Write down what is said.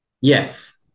Yes